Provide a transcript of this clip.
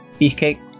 beefcake